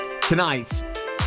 Tonight